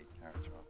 character